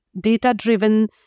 data-driven